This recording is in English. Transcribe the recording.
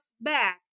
back